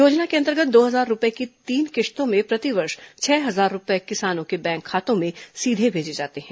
योजना के अंतर्गत दो हजार रूपये की तीन किश्तों में प्रतिवर्ष छह हजार रूपये किसानों के बैंक खातों में सीधे भेजे जाते हैं